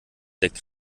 mit